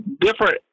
different